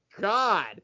god